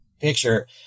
picture